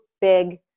big